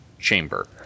chamber